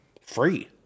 free